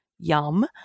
Yum